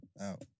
Out